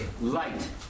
light